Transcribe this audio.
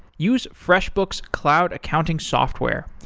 use freshbooks cloud accounting software.